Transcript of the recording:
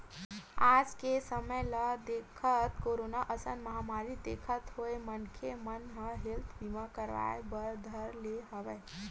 आज के समे ल देखत, कोरोना असन महामारी देखत होय मनखे मन ह हेल्थ बीमा करवाय बर धर ले हवय